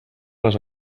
les